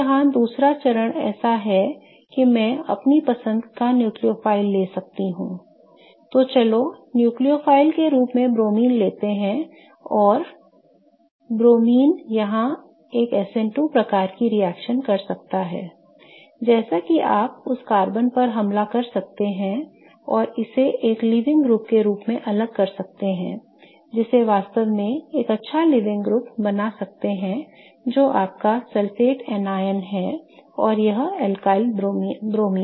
तो यहां दूसरा चरण ऐसा है कि मैं अपनी पसंद का न्यूक्लियोफाइल ले सकता हूं तो चलो न्यूक्लियोफाइल के रूप में ब्रोमीन लेते हैं और ब्रोमीन यहाँ एक SN2 प्रकार की रिएक्शन कर सकता हैजैसे कि आप उस कार्बन पर हमला कर सकते हैं और इसे एक लीविंग ग्रुप के रूप में अलग कर सकते हैं जिससे वास्तव में एक अच्छा लीविंग ग्रुप बना सकते हैं जो आपका सल्फेट एनायन है और यह alkyl bromine